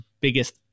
biggest